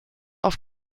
auf